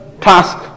task